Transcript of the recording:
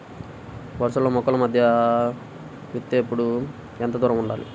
వరసలలో మొక్కల మధ్య విత్తేప్పుడు ఎంతదూరం ఉండాలి?